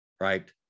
Right